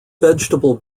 vegetable